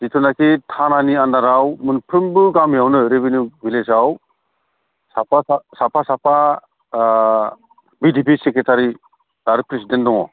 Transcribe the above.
जिथुनाखि थानानि आन्डाराव मोनफ्रोमबो गामियावनो रिभिनिउ भिलेजाव साफा साफा भिडिपि सेक्रेटारि आरो प्रेसिडेन्ट दङ